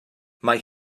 mae